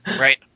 Right